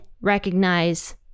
recognize